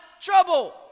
trouble